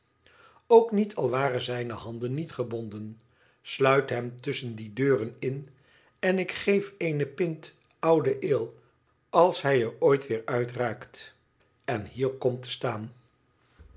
ook niet al waren zijne handen niet gebonden sluit hem tusschen die deuren in en ik geef eene pint oude ale als hij er ooit weer uitraakt en hier komt te staan